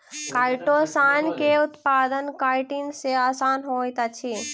chitosan के उत्पादन chitin सॅ आसान होइत अछि